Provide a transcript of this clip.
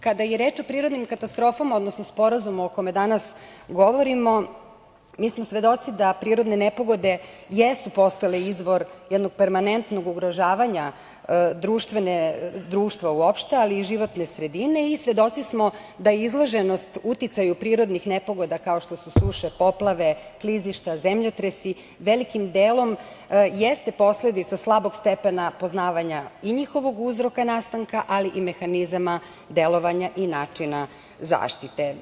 Kada je reč o prirodnim katastrofama, odnosno sporazumu o kome danas govorimo, mi smo svedoci da prirodne nepogode jesu postale izvor jednog permanentnog ugrožavanja društva uopšte, ali i životne sredine, i svedoci smo da je izloženost uticaju prirodnih nepogoda kao što su suše, poplave, klizišta, zemljotresi, velikim delom jeste posledica slabog stepena poznavanja i njihovog uzroka i nastanka, ali i mehanizama delovanja i načina zaštite.